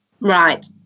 right